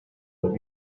would